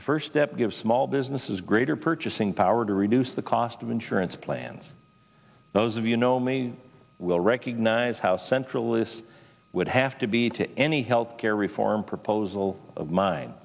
the first step give small businesses greater purchasing power to reduce the cost of insurance plans those of you know me will recognize how central this would have to be to any health care reform proposal of mine